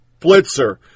Blitzer